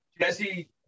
Jesse